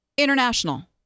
international